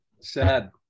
sad